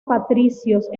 patricios